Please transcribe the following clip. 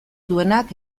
duenak